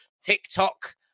TikTok